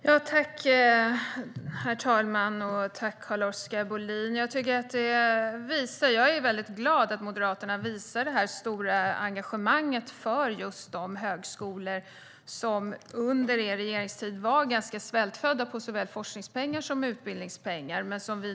Herr talman! Jag är glad att Moderaterna visar det stora engagemanget för de högskolor som under deras regeringstid var ganska svältfödda på såväl forskningspengar som utbildningspengar.